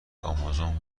آمازون